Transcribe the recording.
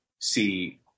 see